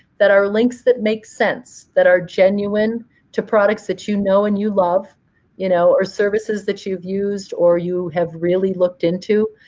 that are links that makes sense, that are genuine to products that you know and you love you know or services that you've used or you have really looked into.